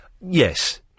Yes